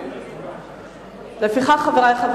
הצבעה.